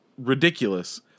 ridiculous